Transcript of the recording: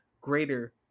greater